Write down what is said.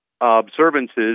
observances